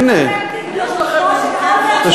הנה, יש לכם נימוקים חוץ, מפלגת העבודה?